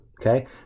Okay